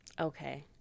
Okay